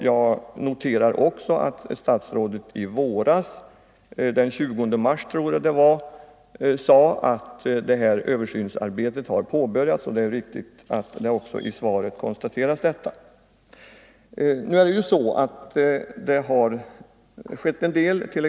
Jag noterar också att statsrådet i våras — den 20 mars tror jag det var — sade att översynsarbetet hade påbörjats. Det är riktigt, och detta har också konstaterats i svaret. Nu har det emellertid skett en hel del.